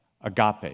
agape